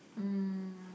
mm